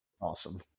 awesome